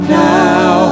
now